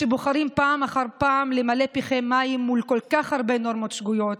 שבוחרים פעם אחר פעם למלא פיכם מים מול כל כך הרבה נורמות שגויות?